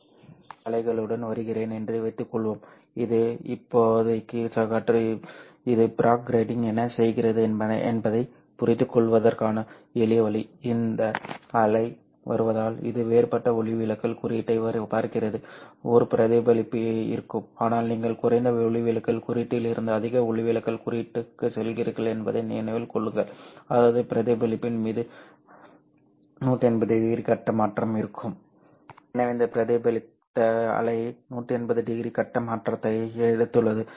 நான் சில அலைகளுடன் வருகிறேன் என்று வைத்துக் கொள்வோம் இது இப்போதைக்கு காற்று இது பிராக் கிராட்டிங் என்ன செய்கிறது என்பதைப் புரிந்துகொள்வதற்கான எளிய வழி இந்த அலை வருவதால் எனவே இந்த பிரதிபலித்த அலை 180 டிகிரி கட்ட மாற்றத்தை எடுத்துள்ளது